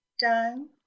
down